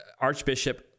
Archbishop